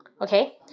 okay